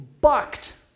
bucked